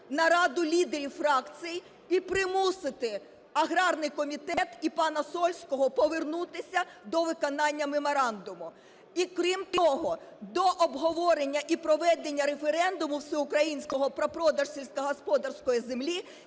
нараду лідерів фракцій і примусити аграрний комітет і пана Сольського повернутися до виконання меморандуму і, крім того, до обговорення і проведення референдуму Всеукраїнського про продаж сільськогосподарської землі,